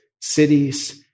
cities